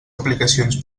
aplicacions